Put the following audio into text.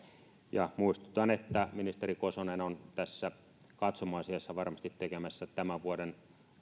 ja muistutan että ministeri kosonen on tässä katsomoasiassa varmasti tekemässä tämän vuoden